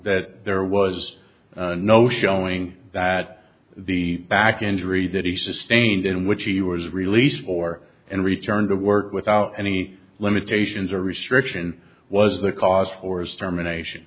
that there was no showing that the back injury that he sustained in which he was released for and returned to work without any limitations or restriction was the cause for his